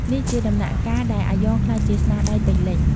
នេះជាដំណាក់កាលដែលអាយ៉ងក្លាយជាស្នាដៃពេញលេញ។